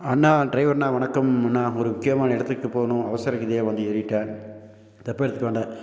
அண்ணா driver அண்ணா வணக்கம் அண்ணா ஒரு முக்கியமான இடத்துக்கு போகணும் அவசரகதியாக வண்டி ஏறிவிட்டேன் தப்பாக எடுத்துக்க வேண்டாம்